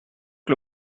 que